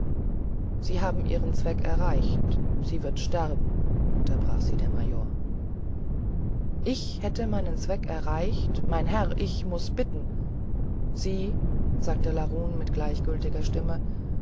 sie haben ihren zweck erreicht sie wird sterben unterbrach sie der major ich hätte meinen zweck erreicht mein herr ich muß bitten sie sagte larun mit gleichgültiger stimme